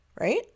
Right